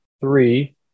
three